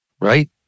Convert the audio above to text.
right